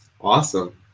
Awesome